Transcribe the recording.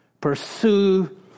pursue